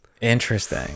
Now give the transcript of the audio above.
interesting